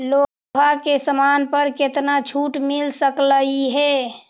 लोहा के समान पर केतना छूट मिल सकलई हे